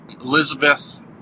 Elizabeth